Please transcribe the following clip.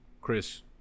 Chris